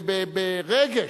ברגש.